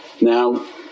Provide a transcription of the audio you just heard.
Now